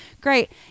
great